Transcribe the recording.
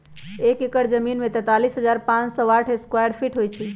एक एकड़ जमीन में तैंतालीस हजार पांच सौ साठ स्क्वायर फीट होई छई